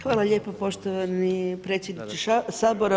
Hvala lijepo poštovani predsjedniče Sabora.